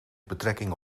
betrekking